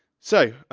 so,